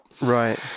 Right